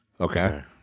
okay